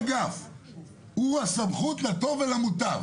את האפשרות היום שישימו תעודה ולכתוב